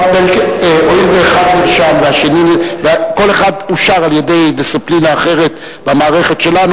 הואיל ואחד נרשם וכל אחד אושר על-ידי דיסציפלינה אחרת במערכת שלנו,